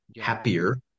happier